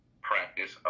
practice